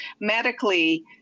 medically